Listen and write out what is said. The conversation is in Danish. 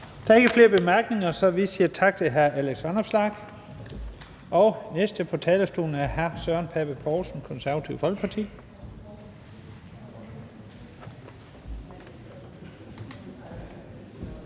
Der er ikke flere korte bemærkninger, så vi siger tak til hr. Alex Vanopslagh. Den næste på talerstolen er hr. Søren Pape Poulsen, Det Konservative Folkeparti.